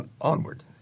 onward